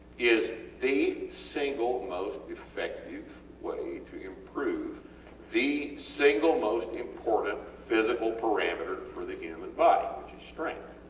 is the single most effective way to improve the single most important physical parameter for the human body, which is strength,